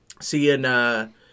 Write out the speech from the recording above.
Seeing